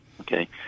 Okay